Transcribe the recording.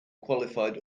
qualified